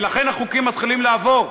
ולכן החוקים מתחילים לעבור.